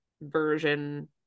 version